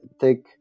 take